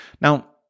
Now